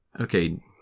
Okay